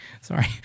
Sorry